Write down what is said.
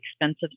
expensive